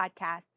podcasts